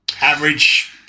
average